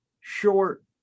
short